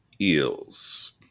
eels